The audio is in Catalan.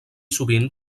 sovint